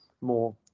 more